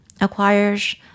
acquires